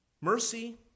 mercy